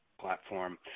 platform